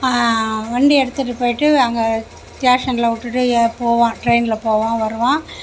வண்டியை எடுத்துகிட்டுப் போய்ட்டு அங்கே ஸ்டேஷனில் விட்டுட்டு போவான் ட்ரைனில் போவான் வருவான்